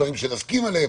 דברים שנסכים עליהם,